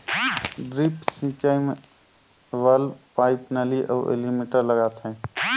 drip सिंचई मे valve, pipe, नली अउ एलीमिटर लगाथें